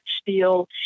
steel